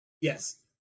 Yes